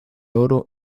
oro